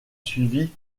suivi